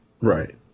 Right